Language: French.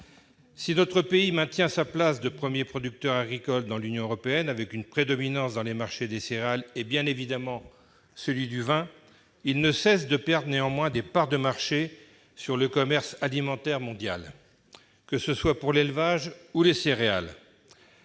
Si notre pays maintient sa place de premier producteur agricole dans l'Union européenne, avec une prédominance dans les marchés des céréales et bien évidemment celui du vin, il ne cesse néanmoins de perdre des parts de marché sur le commerce alimentaire mondial, que ce soit pour l'élevage ou les céréales.